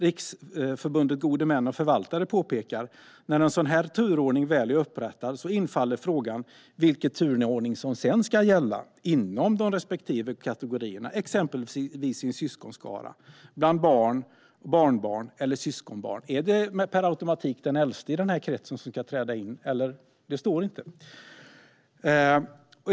Riksförbundet Gode Män och Förvaltare påpekar till exempel att när en sådan turordning väl är upprättad infaller frågan vilken turordning som sedan ska gälla inom de respektive kategorierna, exempelvis i en syskonskara, bland barn, barnbarn eller syskonbarn. Är det per automatik den äldste som ska träda in? Det står det inget om.